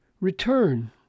return